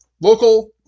local